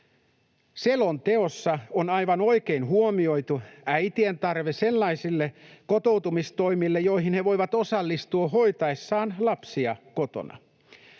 Selonteossa on aivan oikein huomioitu äitien tarve sellaisille kotoutumistoimille, joihin he voivat osallistua hoitaessaan lapsia kotona.